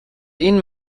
این